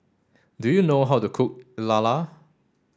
do you know how to cook Lala